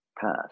past